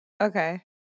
okay